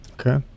Okay